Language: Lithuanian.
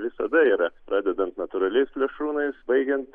visada yra pradedant natūraliais plėšrūnais baigiant